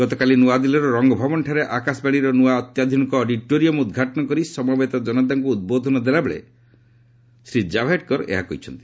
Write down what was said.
ଗତକାଲି ନ୍ତଆଦିଲ୍ଲୀର ରଙ୍ଗ ଭବନଠାରେ ଆକାଶବାଣୀର ନ୍ତିଆ ଅତ୍ୟାଧୁନିକ ଅଡିଟୋରିୟମ୍ ଉଦ୍ଘାଟନ କରି ସମବେତ ଜନତାଙ୍କୁ ଉଦ୍ବୋଧନ ଦେଲାବେଳେ ଶ୍ରୀ କାଭଡେକର ଏହା କହିଛନ୍ତି